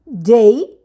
day